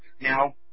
Now